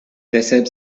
deshalb